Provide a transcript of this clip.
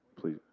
Please